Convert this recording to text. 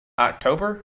October